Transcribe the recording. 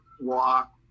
walk